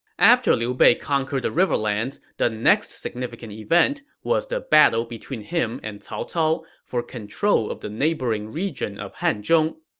after liu bei conquered the riverlands, the next significant event was the battle between him and cao cao for control of the neighboring region of hanzhong.